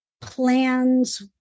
plans